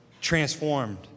transformed